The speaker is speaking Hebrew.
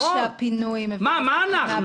מה, מה אנחנו?